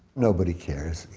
nobody cares.